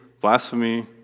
blasphemy